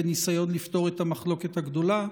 בניסיון לפתור את המחלוקת הגדולה.